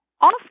off